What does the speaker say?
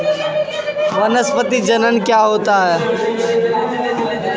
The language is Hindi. वानस्पतिक जनन क्या होता है?